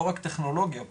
לא רק טכנולוגיה פה,